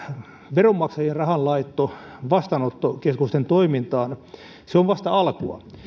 veronmaksajien rahan laitto vastaanottokeskusten toimintaan on vasta alkua